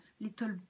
little